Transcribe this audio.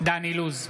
דן אילוז,